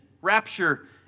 rapture